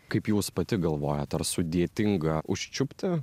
kaip jūs pati galvojat ar sudėtinga užčiupti